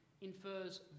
infers